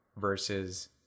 versus